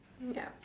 yup